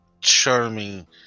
charming